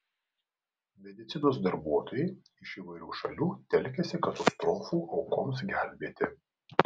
medicinos darbuotojai iš įvairių šalių telkiasi katastrofų aukoms gelbėti